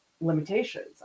limitations